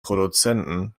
produzenten